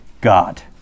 God